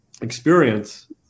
experience